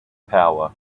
power